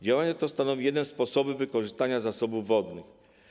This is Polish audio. Działanie to stanowi jeden z sposobów wykorzystania zasobów wodnych.